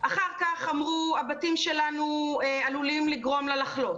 אחר כך אמרו: הבתים שלנו עלולים לגרום לה לחלות,